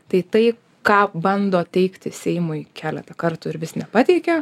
tai tai ką bando teikti seimui kelia kartų ir vis nepateikia